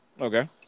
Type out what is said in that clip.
Okay